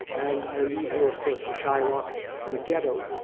and i allude here, of course, to shylock and the ghetto.